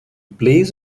plays